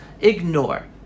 ignore